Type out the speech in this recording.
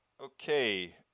Okay